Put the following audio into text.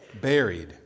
buried